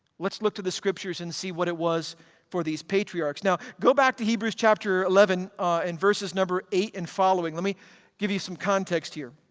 let's look to the scriptures and see what it was for these patriarchs. now go back to hebrews chapter eleven in verses number eight and following. let me give you some context here.